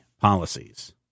policies